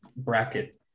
Bracket